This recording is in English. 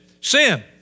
sin